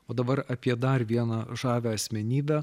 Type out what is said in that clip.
o dabar apie dar vieną žavią asmenybę